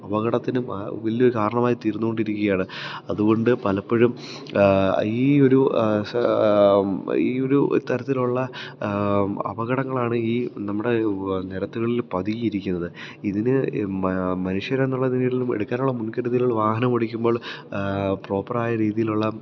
അപകടത്തിനു ആ വലിയൊരു കാരണമായി തീര്ന്നോണ്ടിരിക്കുകയാണ് അതുകൊണ്ട് പലപ്പൊഴും ഈ ഒരു ഈ ഒരു തരത്തിലുള്ള അപകടങ്ങളാണ് ഈ നമ്മുടെ നിരത്തുകളിൽ പതിയിരിക്കുന്ന ഇതിന് മനുഷ്യരെന്നുള്ള ഇതിന് കീഴിലും എടുക്കാനുള്ള മുൻകരുതലുകൾ വാഹനം ഓടിക്കുമ്പോള് പ്രോപ്പറായ രീതിയിൽ ഉള്ള